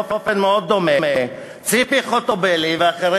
באופן מאוד דומה: ציפי חוטובלי ואחרים,